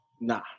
Nah